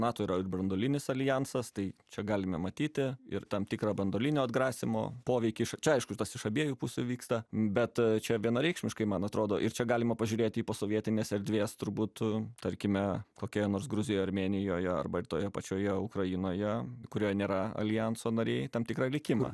nato yra ir branduolinis aljansas tai čia galime matyti ir tam tikrą branduolinio atgrasymo poveikį iš čia aišku tas iš abiejų pusių vyksta bet čia vienareikšmiškai man atrodo ir čia galima pažiūrėti į posovietinės erdvės turbūt tarkime kokioje nors gruzijoj armėnijoje arba toje pačioje ukrainoje kurie nėra aljanso nariai tam tikrą likimą